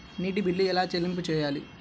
నీటి బిల్లు ఎలా చెల్లింపు చేయాలి?